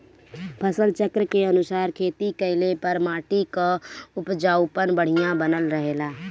फसल चक्र के अनुसार खेती कइले पर माटी कअ उपजाऊपन बढ़िया बनल रहेला